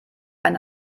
ein